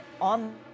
on